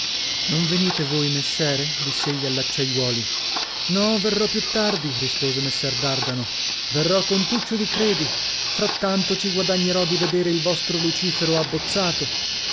non venite voi messere diss'egli all'acciaiuoli no verrò più tardi rispose messer dardano verrò con tuccio di credi frattanto ci guadagnerò di vedere il vostro lucifero abbozzato